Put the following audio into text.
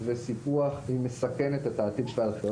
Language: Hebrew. וסיפוח היא מסכנת את העתיד של הארכיאולוגיה.